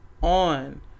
on